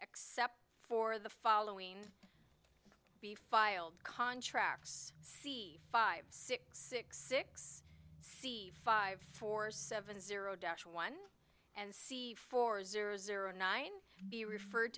except for the following be filed contracts see five six six six c five four seven zero dash one and c four zero zero nine be referred